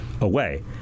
away